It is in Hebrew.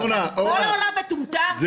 אז כל העולם מטומטם?